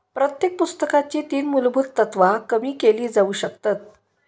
प्रत्येक पुस्तकाची तीन मुलभुत तत्त्वा कमी केली जाउ शकतत